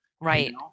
Right